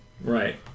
Right